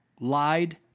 lied